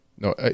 No